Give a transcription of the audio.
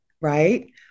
right